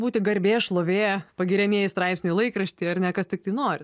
būti garbė šlovė pagiriamieji straipsniai laikrašty ar ne kas tiktai nori